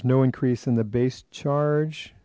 's no increase in the base charge